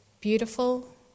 beautiful